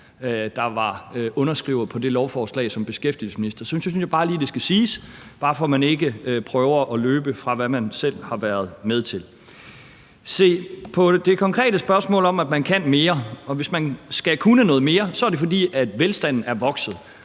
der var underskriver på det lovforslag som beskæftigelsesminister, synes jeg bare lige, det skal siges, bare for at man ikke prøver at løbe fra, hvad man selv har været med til. På det konkrete spørgsmål om, at man kan mere, og at hvis man skal kunne noget mere, er det, fordi velstanden er vokset,